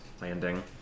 Landing